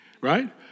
right